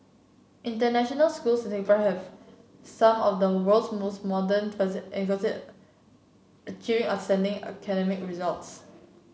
international schools in Singapore have some of the world's most modern achieve outstanding academic results